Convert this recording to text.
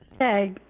Hey